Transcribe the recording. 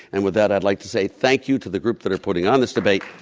and with that i'd like to say thank you to the groups that are putting on this debate.